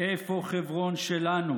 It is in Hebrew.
"איפה חברון שלנו?